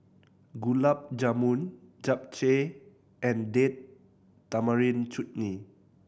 Gulab Jamun Japchae and Date Tamarind Chutney